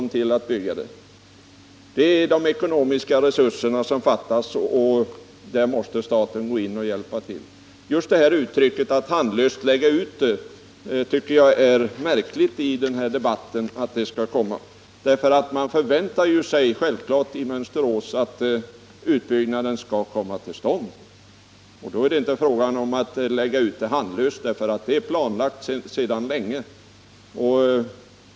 Det är de ekonomiska resurserna som fattas, och där måste staten gå in och hjälpa till. Jag tycker det är märkligt att just detta uttryck att ”handlöst” lägga ut skall komma i denna debatt. Man förväntar sig självfallet i Mönsterås att utbyggnaden skall komma till stånd. Då är det inte fråga om att lägga ut det handlöst, för det är planlagt sedan länge.